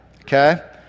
okay